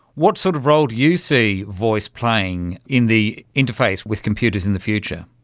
what sort of role do you see voice playing in the interface with computers in the future?